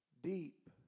Deep